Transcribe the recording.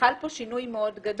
חל פה שינוי מאוד גדול.